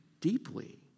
deeply